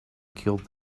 killed